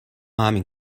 همین